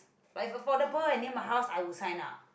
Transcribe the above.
but if affordable and near my house I would sign up